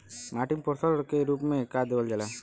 माटी में पोषण के रूप में का देवल जाला?